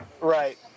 Right